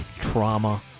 Trauma